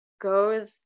goes